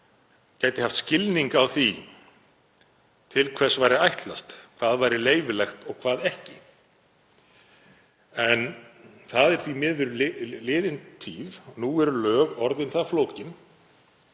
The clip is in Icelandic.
gæti haft skilning á því til hvers væri ætlast, hvað væri leyfilegt og hvað ekki. Það er því miður liðin tíð. Nú eru lög orðin það flókin,